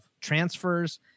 transfers